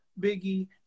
Biggie